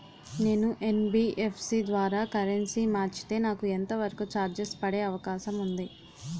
నేను యన్.బి.ఎఫ్.సి ద్వారా కరెన్సీ మార్చితే నాకు ఎంత వరకు చార్జెస్ పడే అవకాశం ఉంది?